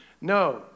No